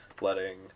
letting